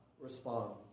responds